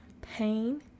pain